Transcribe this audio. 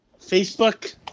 Facebook